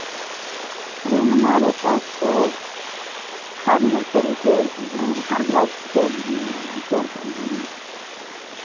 अरे हमारे पास तो हर नर्सरी के भी हैं हर वेराइटी के भी हैं पेड़ पौधे